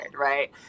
right